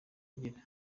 agira